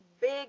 big